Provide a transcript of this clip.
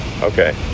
Okay